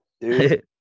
dude